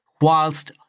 whilst